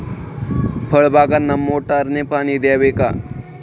फळबागांना मोटारने पाणी द्यावे का?